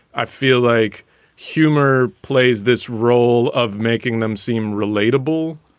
i feel like humor plays this role of making them seem relatable,